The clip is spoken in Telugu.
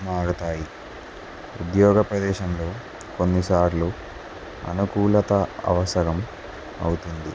మారుతాయి ఉద్యోగ ప్రదేశంలో కొన్నిసార్లు అనుకూలత అవసరం అవుతుంది